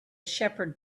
shepherd